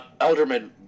Elderman